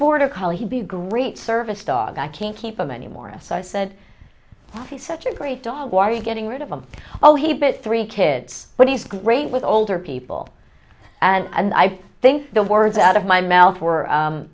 border collie he'd be a great service dog i can't keep him anymore so i said he's such a great dog why are you getting rid of him oh he bit three kids but he's great with older people and i think the words out of my mouth were